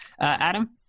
Adam